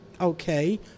okay